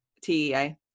tea